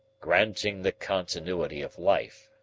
granting the continuity of life,